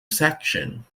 section